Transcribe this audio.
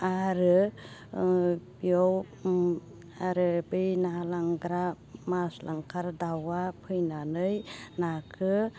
आरो ओ बेयाव आरो बे ना लांग्रा मास लांखार दाउआ फैनानै नाखो